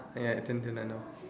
ya tintin I know of